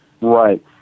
Right